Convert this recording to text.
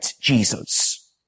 Jesus